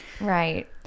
Right